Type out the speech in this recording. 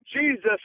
Jesus